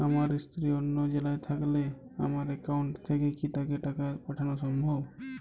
আমার স্ত্রী অন্য জেলায় থাকলে আমার অ্যাকাউন্ট থেকে কি তাকে টাকা পাঠানো সম্ভব?